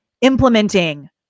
implementing